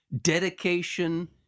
dedication